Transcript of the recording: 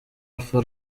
alpha